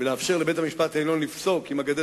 ולאפשר לבית-המשפט העליון לפסוק אם הגדר